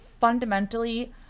fundamentally